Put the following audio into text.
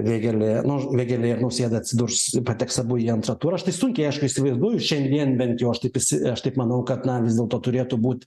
vėgėlė nu vėgėlė nausėda atsidurs pateks abu į antrą turą aš tai sunkiai aš įsivaizduoju šiandien bent jau aš taip įsi aš taip manau kad vis dėlto turėtų būt